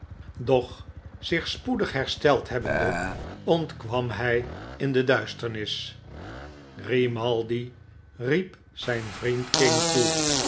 doch zich spoedig hersteld hebbende ontkwam hij in de duisternis grimaldi riep zijn vriend king toe